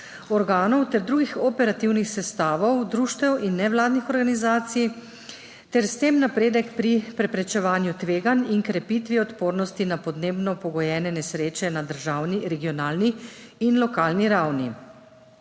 organov ter drugih operativnih sestavov društev in nevladnih organizacij ter s tem napredek pri preprečevanju tveganj in krepitvi odpornosti na podnebno pogojene nesreče na državni, regionalni in lokalni ravni.